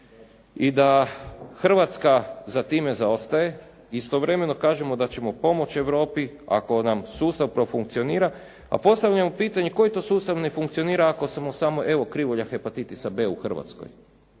i da Hrvatska za time zaostaje. Istovremeno kažemo da ćemo pomoć Europi ako nam sustav profunkcionira, a postavljamo pitanje koji to sustav ne funkcionira ako sam samo, evo krivulja hepatitisa B u Hrvatskoj,